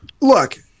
Look